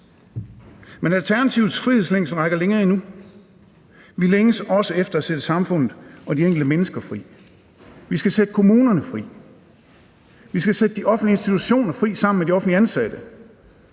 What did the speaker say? Men Alternativets frihedslængsel rækker længere endnu. Vi længes også efter at sætte samfundet og de enkelte mennesker fri. Vi skal sætte kommunerne fri, vi skal sætte de offentlige institutioner fri sammen med de offentligt ansatte,